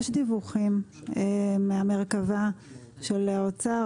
יש דיווחים מהמרכב"ה של האוצר,